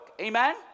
Amen